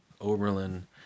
Oberlin